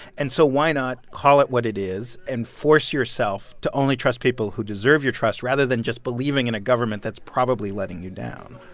and so why not call it what it is and force yourself to only trust people who deserve your trust rather than just believing in a government that's probably letting you down?